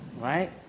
right